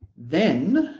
then